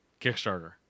Kickstarter